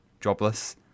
jobless